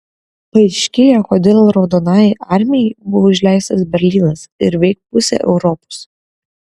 paaiškėja kodėl raudonajai armijai buvo užleistas berlynas ir veik pusė europos